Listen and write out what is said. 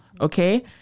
okay